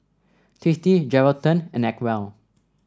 tasty Geraldton and Acwell